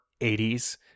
80s